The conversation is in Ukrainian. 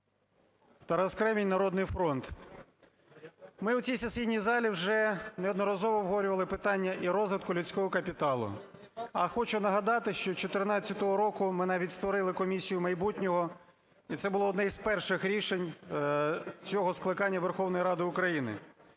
Тарас Кремінь, "Народний фронт". Ми у цій сесійній залі вже неодноразово обговорювали питання і розвитку людського капіталу, а хочу нагадати, що 2014 року ми навіть створили комісію майбутнього, і це було одне із перших рішень цього скликання Верховної Ради України.